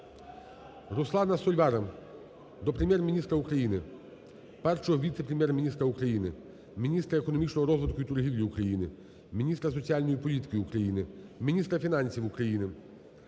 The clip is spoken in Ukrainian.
Руслана Сольвара до Прем'єр-міністра України, Першого віце-прем'єр-міністра України - міністра економічного розвитку і торгівлі України, міністра соціальної політики України, міністра фінансів України,